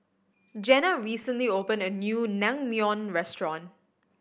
Jenna recently opened a new Naengmyeon Restaurant